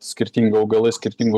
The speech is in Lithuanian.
skirtingi augalai skirtingu